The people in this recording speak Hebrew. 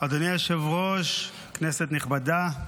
אדוני היושב-ראש, כנסת נכבדה,